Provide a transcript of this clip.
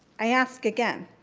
i ask again,